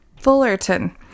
Fullerton